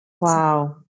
Wow